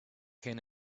can